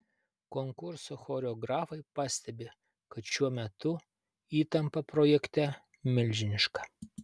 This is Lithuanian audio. konkurso choreografai pastebi kad šiuo metu įtampa projekte milžiniška